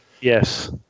Yes